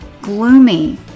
gloomy